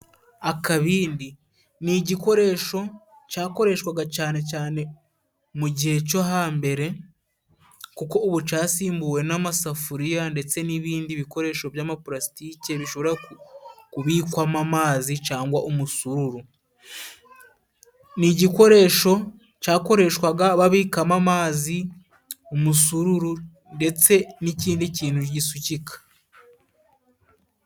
Akabindi. Ni igikoresho cakoreshwaga cane cane mu gihe co hambere kuko ubu casimbuwe n'amasafuriya ndetse n'ibindi bikoresho by'amapalasitike, bishobora kubikwamo amazi cangwa umusururu. Ni igikoresho cakoreshwaga babikamo amazi, umusurururu ndetse n'ikindi kintu gisukika.